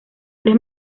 tres